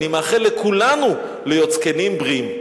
ואני מאחל לכולנו להיות זקנים בריאים,